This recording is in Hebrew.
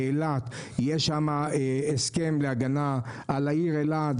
באילת יש הסכם להגנה על העיר אילת,